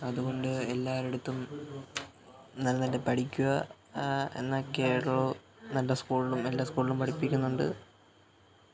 അതുകൊണ്ട് എല്ലാരുടെ അടുത്തും നല്ലതായിട്ട് പഠിക്കുക എന്നൊക്കെയുള്ളൂ നല്ല സ്കൂളിലും എല്ലാ സ്കൂളിലും പഠിപ്പിക്കുന്നുണ്ട്